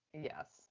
Yes